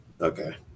okay